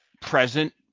present